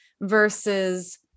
versus